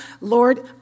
Lord